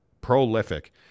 Prolific